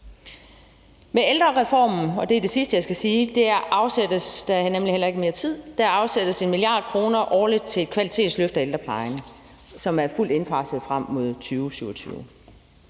Med ældrereformen, og det er det sidste, jeg skal sige – der er nemlig ikke mere tid – afsættes 1 mia. kr. årligt til et kvalitetsløft af ældreplejen, og det er fuldt indfaset frem mod 2027.